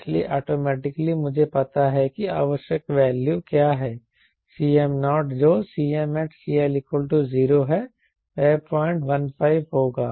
इसलिए ऑटोमेटिकली मुझे पता है कि आवश्यक वैल्यू क्या है Cm0 जो Cmat CL0 है वह 015 होगा